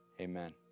amen